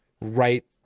right